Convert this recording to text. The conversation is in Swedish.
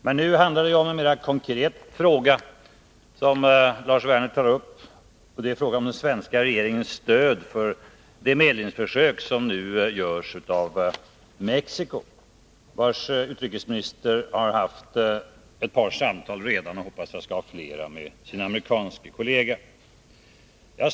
Men nu tog Lars Werner upp en mer konkret fråga — den svenska regeringens stöd för det medlingsförsök som nu görs av Mexico. Dess utrikesminister har redan haft ett par samtal med sin amerikanske kollega, och jag hoppas att det blir fler samtal mellan dem.